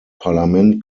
parlament